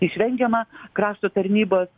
išvengiama krašto tarnybos